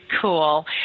cool